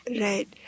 Right